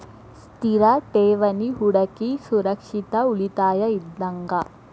ಸ್ಥಿರ ಠೇವಣಿ ಹೂಡಕಿ ಸುರಕ್ಷಿತ ಉಳಿತಾಯ ಇದ್ದಂಗ